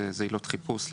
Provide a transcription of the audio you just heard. זה עילות חיפוש.